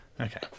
Okay